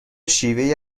شیوهای